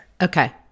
Okay